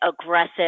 aggressive